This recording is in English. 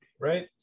right